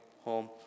home